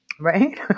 Right